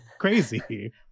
crazy